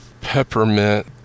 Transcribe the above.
Peppermint